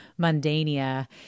Mundania